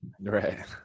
right